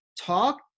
Talk